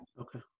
okay